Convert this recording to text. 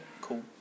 cool